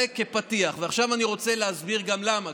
זה כפתיח, ועכשיו אני רוצה להסביר גם למה.